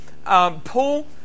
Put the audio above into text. Paul